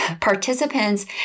participants